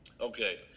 Okay